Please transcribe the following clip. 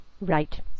Right